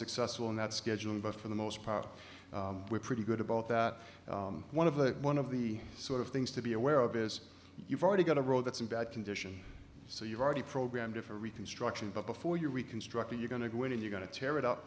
successful in that schedule but for the most part we're pretty good about that one of the one of the sort of things to be aware of is you've already got a road that's in bad condition so you've already programmed for reconstruction but before you reconstruct it you're going to go in and you're going to tear it up